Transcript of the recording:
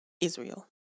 Israel